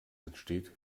entsteht